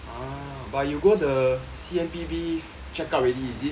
ah but you go the C_M_P_B check up already is it